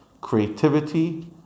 Creativity